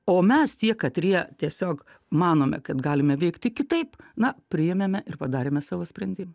o mes tie katrie tiesiog manome kad galime veikti kitaip na priėmėme ir padarėme savo sprendimą